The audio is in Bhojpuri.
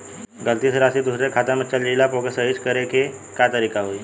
गलती से राशि दूसर के खाता में चल जइला पर ओके सहीक्ष करे के का तरीका होई?